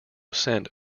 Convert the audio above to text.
sent